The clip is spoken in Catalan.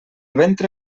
ventre